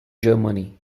germany